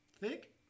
Thick